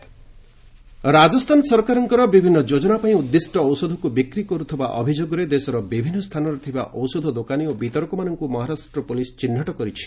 ମହା କେମିଷ୍ଟ ରାଜସ୍ଥାନ ସରକାରଙ୍କର ବିଭିନ୍ନ ଯୋକନା ପାଇଁ ଉଦ୍ଦିଷ୍ଟ ଔଷଧକୁ ବିକ୍ରି କରୁଥିବା ଅଭିଯୋଗରେ ଦେଶର ବିଭିନ୍ନ ସ୍ଥାନରେ ଥିବା ଔଷଧ ଦୋକାନୀ ଓ ବିତରକମାନଙ୍କୁ ମହାରାଷ୍ଟ୍ର ପୁଲିସ୍ ଚିହ୍ନଟ କରିଛି